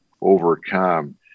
overcome